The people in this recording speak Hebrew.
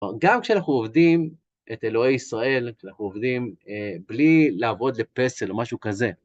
גם כשאנחנו עובדים את אלוהי ישראל, כשאנחנו עובדים, בלי לעבוד לפסל או משהו כזה